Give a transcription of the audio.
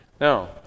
Now